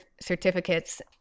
certificates